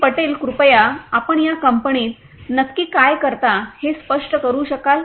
पटेल कृपया आपण या कंपनीत नक्की काय करता हे स्पष्ट करू शकाल